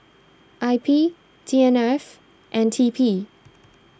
I P T N R F and T P